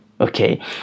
Okay